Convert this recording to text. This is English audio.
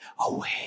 away